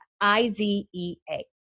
I-Z-E-A